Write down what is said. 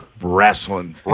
Wrestling